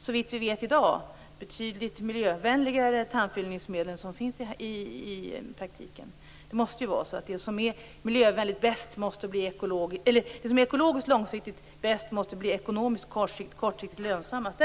såvitt vi i dag vet betydligt miljövänligare tandfyllningsmedel som finns och amalgam. Det som är ekologiskt långsiktigt bäst måste bli ekonomiskt kortsiktigt lönsammast.